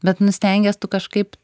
bet nu stengies tu kažkaip